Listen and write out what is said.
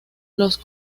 los